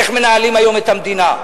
איך מנהלים היום את המדינה,